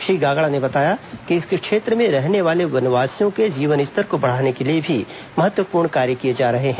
श्री गागड़ा ने बताया कि इस क्षेत्र में रहने वाले वनवासियों के जीवन स्तर को बढ़ाने के लिए भी महत्वपूर्ण कार्य किए जा रहे हैं